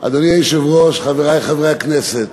אדוני היושב-ראש, חברי חברי הכנסת,